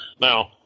Now